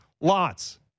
Lots